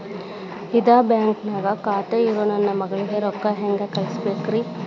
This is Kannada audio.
ಇದ ಬ್ಯಾಂಕ್ ನ್ಯಾಗ್ ಖಾತೆ ಇರೋ ನನ್ನ ಮಗಳಿಗೆ ರೊಕ್ಕ ಹೆಂಗ್ ಕಳಸಬೇಕ್ರಿ?